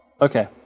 Okay